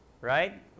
right